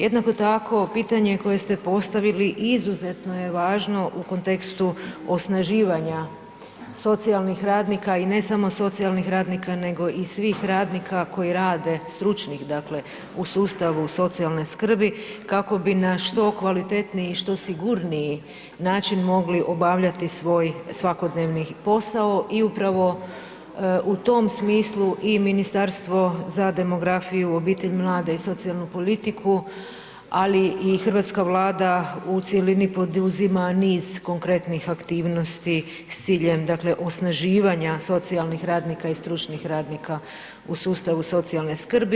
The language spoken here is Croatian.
Jednako tako, pitanje koje ste postavili izuzetno je važno u kontekstu osnaživanja socijalnih radnika i ne samo socijalnih radnika, nego i svih radnika koji rade, stručnih, dakle, u sustavu socijalne skrbi, kako bi na što kvalitetniji i što sigurniji način mogli obavljati svoj svakodnevni posao i upravo u tom smislu i Ministarstvo za demografiju, obitelj, mlade i socijalnu politiku, ali i hrvatska Vlada u cjelini poduzima niz konkretnih aktivnosti s ciljem, dakle, osnaživanja socijalnih radnika i stručnih radnika u sustavu socijalne skrbi.